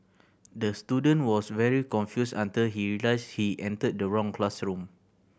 the student was very confused until he realised he entered the wrong classroom